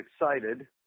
excited